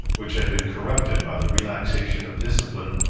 which had been corrupted by the relaxation of discipline,